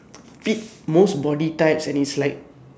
fit most body types and its like